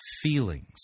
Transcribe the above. feelings